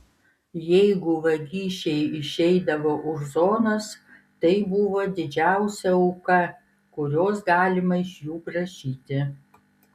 jeigu vagišiai išeidavo už zonos tai buvo didžiausia auka kurios galima iš jų prašyti